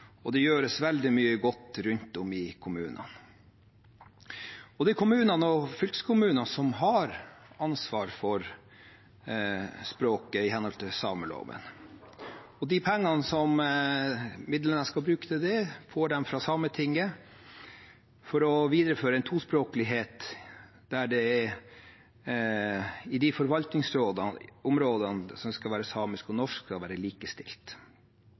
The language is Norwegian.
og det gjøres veldig mye godt rundt omkring i kommunene. Det er kommunene og fylkeskommunene som har ansvaret for språket i henhold til sameloven. Midlene som skal brukes til det, får man fra Sametinget for å videreføre tospråklighet i forvaltningsområdet, hvor samisk og norsk skal være likestilt.